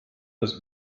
das